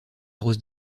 rose